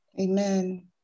Amen